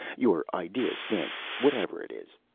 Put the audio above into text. your idea stinks. whatever it is.